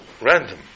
random